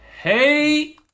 Hey